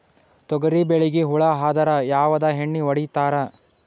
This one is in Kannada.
ತೊಗರಿಬೇಳಿಗಿ ಹುಳ ಆದರ ಯಾವದ ಎಣ್ಣಿ ಹೊಡಿತ್ತಾರ?